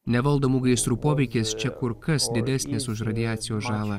nevaldomų gaisrų poveikis čia kur kas didesnis už radiacijos žalą